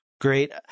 great